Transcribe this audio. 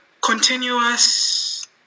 continuous